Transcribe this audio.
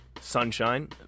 sunshine